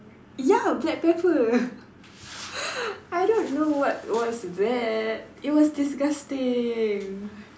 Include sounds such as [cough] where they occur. ya black pepper [laughs] I don't know what was that it was disgusting